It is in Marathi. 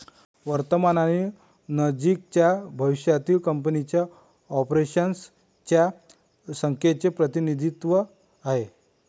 वर्तमान आणि नजीकच्या भविष्यातील कंपनीच्या ऑपरेशन्स च्या संख्येचे प्रतिनिधित्व आहे